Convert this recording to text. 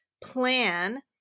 plan